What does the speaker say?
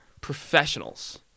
professionals